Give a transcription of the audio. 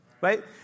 right